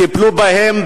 טיפלו בהם,